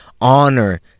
honor